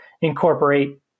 incorporate